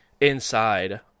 inside